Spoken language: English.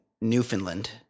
Newfoundland